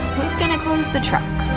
who's gonna close the trunk?